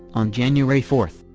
on january four,